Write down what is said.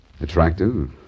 Attractive